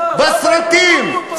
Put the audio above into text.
בסרטים.